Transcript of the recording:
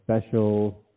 special